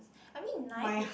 I mean knife is